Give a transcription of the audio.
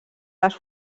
les